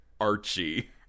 Archie